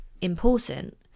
important